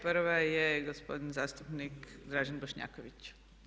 Prva je gospodin zastupnik Dražen Bošnjaković.